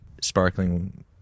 Sparkling